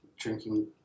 drinking